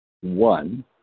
one